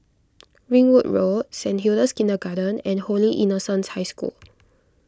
Ringwood Road Saint Hilda's Kindergarten and Holy Innocents' High School